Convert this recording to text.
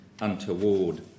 untoward